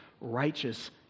righteous